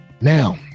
Now